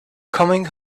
coming